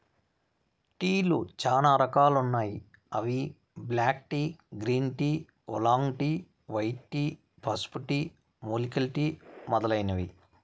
టీలు చానా రకాలు ఉన్నాయి అవి black tea, green tea, oolong tea, white tea, పసుపు టీ, మూలికల టీ మొదలైనవి